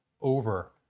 over